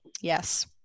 yes